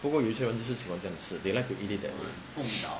但是有些人就是喜欢这样吃 they like to eat that